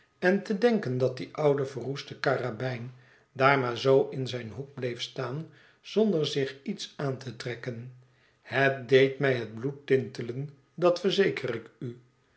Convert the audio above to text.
en te denken dat die oude verroeste karabijn daar maar zoo in zijn hoek bleef staan zonder zich iets aan te trekken het deed mij het bloed tintelen dat verzeker ik u